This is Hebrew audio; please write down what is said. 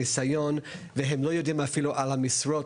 ניסיון והם לא יודעים אפילו על המשרות,